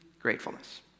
gratefulness